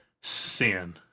sin